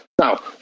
Now